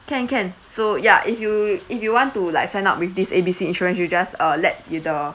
can can so yeah if you if you want to like sign up with this A B C insurance you just uh let the